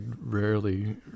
rarely